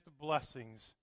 blessings